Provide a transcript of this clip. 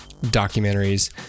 documentaries